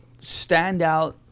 standout